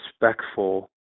respectful